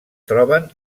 troben